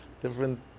Different